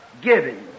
giving